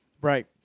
Right